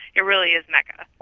it really is mecca.